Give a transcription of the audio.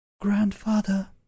Grandfather